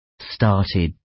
started